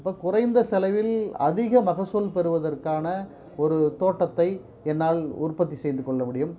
அப்போ குறைந்த செலவில் அதிக மகசூல் பெறுவதற்கான ஒரு தோட்டத்தை என்னால் உற்பத்தி செய்துக்கொள்ள முடியும்